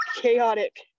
Chaotic